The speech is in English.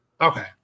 okay